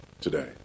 today